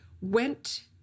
went